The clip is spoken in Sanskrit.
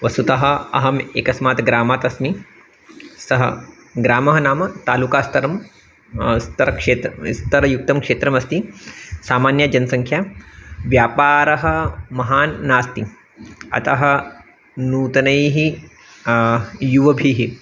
वस्तुतः अहम् एकस्मात् ग्रामात् अस्मि सः ग्रामः नाम तालुकस्तरं स्तरक्षेत्रं विस्तरयुक्तं क्षेत्रमस्ति सामान्यजनसङ्ख्या व्यापारः महान् नास्ति अतः नूतनैः युवाभिः